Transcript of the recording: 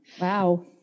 Wow